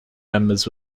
members